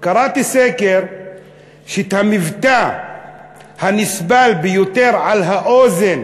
קראתי סקר שהמבטא הנסבל ביותר על האוזן